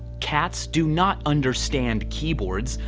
cats do not understand keyboards,